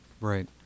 right